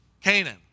Canaan